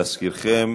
להזכירכם,